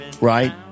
right